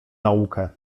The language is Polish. naukę